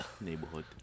Neighborhood